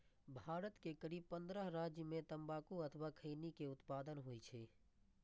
भारत के करीब पंद्रह राज्य मे तंबाकू अथवा खैनी के उत्पादन होइ छै